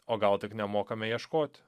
o gal tik nemokame ieškoti